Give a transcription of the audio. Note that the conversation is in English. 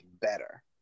better